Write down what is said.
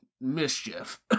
mischief